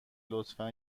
لطفا